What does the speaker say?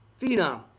Phenom